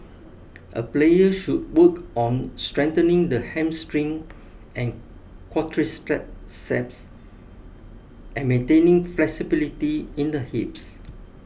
a player should work on strengthening the hamstring and quadriceps and maintaining flexibility in the hips